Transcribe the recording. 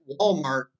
Walmart